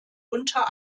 unter